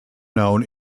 known